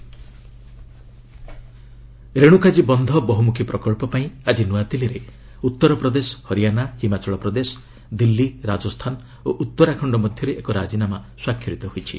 day Renukaji dam Renukaji ବନ୍ଧ ବହୁମୁଖୀ ପ୍ରକଳ୍ପ ପାଇଁ ଆଜି ନୂଆଦିଲ୍ଲୀରେ ଉତ୍ତରପ୍ରଦେଶ ହରିୟାନା ହିମାଚଳପ୍ରଦେଶ ଦିଲ୍ଲୀ ରାଜସ୍ଥାନ ଓ ଉତ୍ତରାଖଣ୍ଡ ମଧ୍ୟରେ ଏକ ରାଜିନାମା ସ୍ୱାକ୍ଷରିତ ହୋଇଛି